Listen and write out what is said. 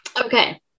okay